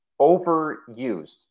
overused